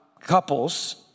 couples